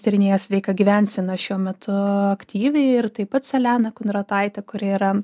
tyrinėja sveiką gyvenseną šiuo metu aktyviai ir tai pat su elena kunrotaitė kuri yra